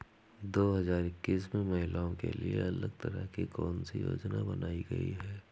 दो हजार इक्कीस में महिलाओं के लिए अलग तरह की कौन सी योजना बनाई गई है?